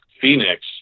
Phoenix